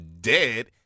dead